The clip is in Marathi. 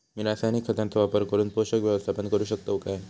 मी रासायनिक खतांचो वापर करून पोषक व्यवस्थापन करू शकताव काय?